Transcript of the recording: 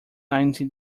ninety